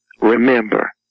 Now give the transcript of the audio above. Remember